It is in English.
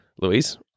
Louise